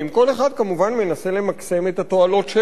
כל אחד, כמובן, מנסה למקסם את התועלות שלו.